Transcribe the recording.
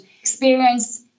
experience